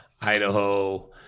Idaho